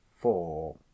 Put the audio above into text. Four